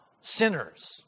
sinners